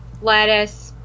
lettuce